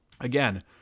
again